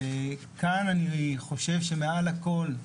כאן אני חושב שמעל הכול,